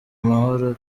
mahoro